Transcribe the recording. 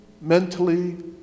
mentally